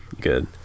good